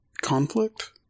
conflict